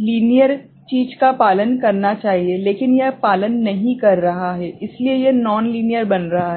linear चीज़ का पालन करना चाहिए लेकिन यह पालन नहीं कर रहा है इसलिए यह नॉन लिनियरबन रहा है